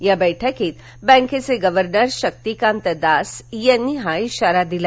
या बैठकीत बॅकेचे गव्हर्नर शक्तीकांत दास यांनी हा इशारा दिला